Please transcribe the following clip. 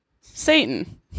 Satan